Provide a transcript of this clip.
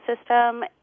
system